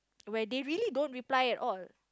where they really don't reply at all